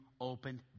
opened